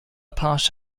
part